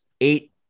eight